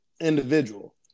individual